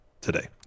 today